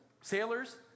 sailors